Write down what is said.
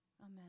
Amen